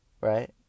right